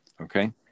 Okay